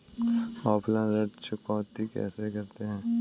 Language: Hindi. ऑफलाइन ऋण चुकौती कैसे करते हैं?